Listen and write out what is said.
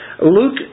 Luke